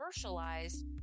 commercialized